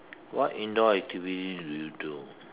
what indoor activities do you do